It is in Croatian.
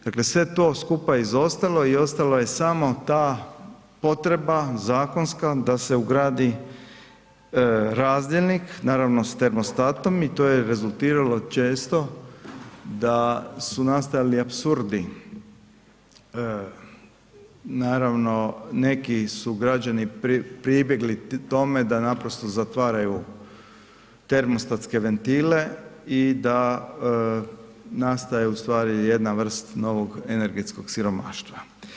Dakle sve je to skupa izostalo i ostalo je samo ta potreba zakonska da se ugradi razdjelnik naravno sa termostatom i to je rezultiralo često da su nastajali apsurdi, naravno neki su građani pribjegli tome da naprosto zatvaraju termostatske ventile i da nastaje ustvari jedna vrsta novog energetskog siromaštva.